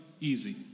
easy